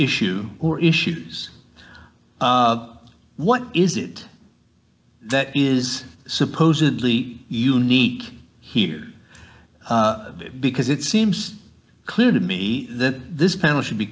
issue or issues what is it that is supposedly unique here because it seems clear to me that this panel should be